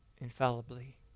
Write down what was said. Infallibly